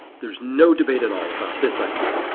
there is no debate at all about this idea.